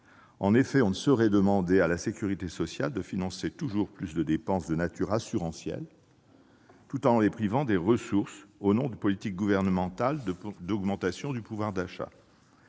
En effet, on ne saurait demander à la sécurité sociale de financer toujours plus de dépenses de nature assurantielle tout en la privant de ressources au nom de politiques gouvernementales d'augmentation du pouvoir d'achat.